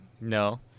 No